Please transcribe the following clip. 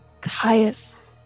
Caius